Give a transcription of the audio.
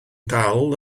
dal